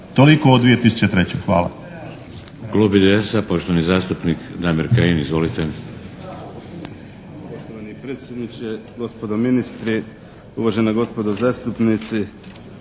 Toliko o 2003. Hvala.